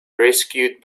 rescued